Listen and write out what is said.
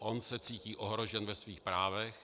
On se cítí ohrožen ve svých právech.